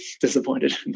disappointed